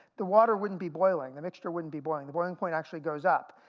the water wouldn't be boiling, the mixture wouldn't be boiling, the boiling point actually goes up.